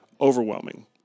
overwhelming